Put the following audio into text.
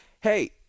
hey